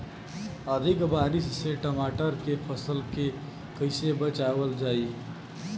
अधिक बारिश से टमाटर के फसल के कइसे बचावल जाई?